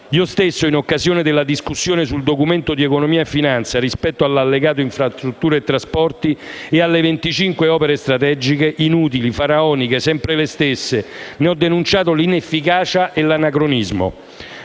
Io stesso, in occasione della discussione sul Documento di economia e finanza, rispetto all'allegato infrastrutture e trasporti e alle venticinque opere strategiche, inutili, faraoniche, sempre le stesse, ne ho denunciato l'inefficacia e l'anacronismo.